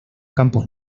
campos